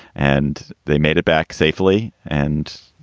and they made it back safely and.